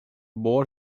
ball